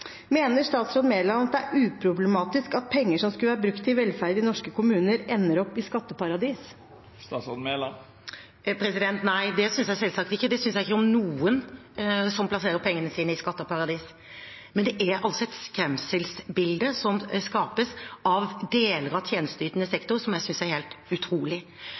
Mener statsråd Mæland at det er uproblematisk at penger som skulle vært brukt til velferd i norske kommuner, ender opp i skatteparadis? Nei, det synes jeg selvsagt ikke. Det synes jeg ikke om noen som plasserer pengene sine i skatteparadis. Men det er et skremselsbilde som skapes av deler av tjenesteytende sektor som jeg synes er helt utrolig.